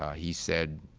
ah he said